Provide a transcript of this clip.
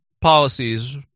policies